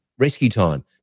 RescueTime